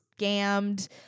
scammed